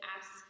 ask